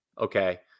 okay